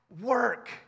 work